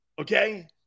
Okay